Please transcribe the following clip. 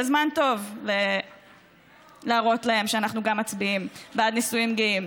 זה זמן טוב להראות להם שאנחנו גם מצביעים בעד נישואים גאים,